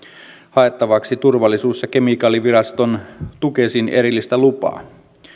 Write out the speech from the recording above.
haettavaksi turvallisuus ja kemikaaliviraston tukesin erillistä lupaa